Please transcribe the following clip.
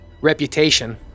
Reputation